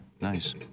nice